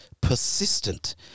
persistent